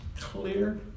clear